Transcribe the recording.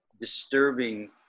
disturbing